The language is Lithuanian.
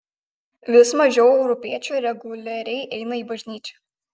vis mažiau europiečių reguliariai eina į bažnyčią